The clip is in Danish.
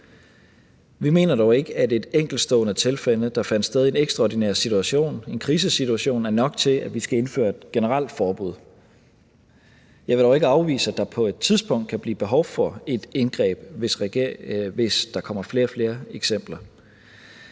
Vi mener dog ikke, at et enkeltstående tilfælde, der fandt sted i en ekstraordinær situation, en krisesituation, er nok til, at vi skal indføre et generelt forbud. Jeg vil dog ikke afvise, at der på et tidspunkt kan blive behov for et indgreb, hvis der kommer flere og flere